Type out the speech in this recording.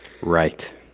Right